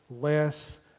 less